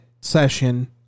session